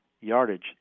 yardage